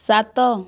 ସାତ